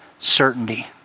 certainty